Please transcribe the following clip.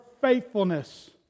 faithfulness